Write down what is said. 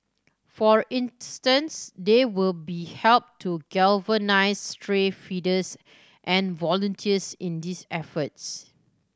for instance they will be help to galvanise stray feeders and volunteers in these efforts